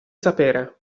sapere